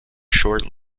short